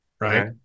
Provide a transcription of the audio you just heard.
Right